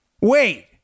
wait